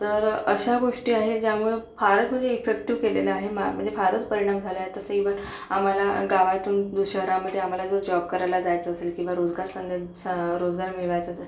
तर अशा गोष्टी आहे ज्यामुळं फारच म्हणजे इफेक्टिव्ह केलेला आहे मा म्हणजे फारच परिणाम झालाय तसं इव्हन आम्हाला गावातून शहरामध्ये आम्हाला जर जॉब करायला जायचं असेल किंवा रोजगार संधींचा रोजगार मिळवायचा असेल